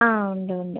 ആ ഉണ്ട് ഉണ്ട്